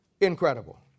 Incredible